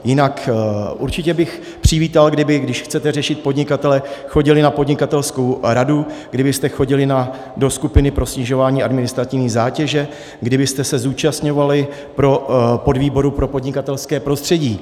Jinak určitě bych přivítal, když chcete řešit podnikatele, abyste chodili na podnikatelskou radu, kdybyste chodili do skupiny pro snižování administrativní zátěže, kdybyste se zúčastňovali podvýboru pro podnikatelské prostředí.